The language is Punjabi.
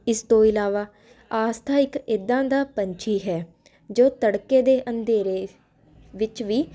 ਇਸ ਤੋਂ ਇਲਾਵਾ ਆਸਥਾ ਇੱਕ ਇੱਦਾਂ ਦਾ ਪੰਛੀ ਹੈ ਜੋ ਤੜਕੇ ਦੇ ਅੰਧੇਰੇ ਵਿੱਚ ਵੀ